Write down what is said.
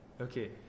okay